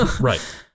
right